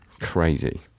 crazy